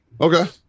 okay